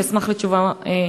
ואשמח לתשובה ספציפית.